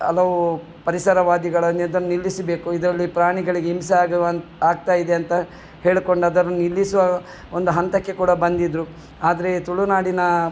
ಹಲವು ಪರಿಸರವಾದಿಗಳು ಇದನ್ನು ನಿಲ್ಲಿಸಬೇಕು ಇದರಲ್ಲಿ ಪ್ರಾಣಿಗಳಿಗೆ ಹಿಂಸೆ ಆಗುವಂ ಆಗ್ತಾಯಿದೆ ಅಂತ ಹೇಳ್ಕೊಂಡು ಅದನ್ನು ನಿಲ್ಲಿಸುವ ಒಂದು ಹಂತಕ್ಕೆ ಕೂಡ ಬಂದಿದ್ದರು ಆದರೆ ತುಳುನಾಡಿನ